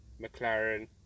McLaren